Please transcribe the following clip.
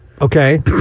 Okay